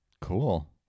Cool